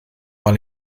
mal